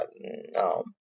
no